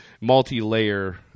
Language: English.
multi-layer